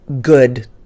good